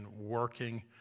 working